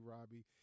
Robbie